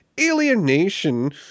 Alienation